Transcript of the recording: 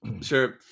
sure